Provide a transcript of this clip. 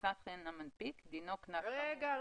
עשה כן המנפיק, דינו קנס כאמור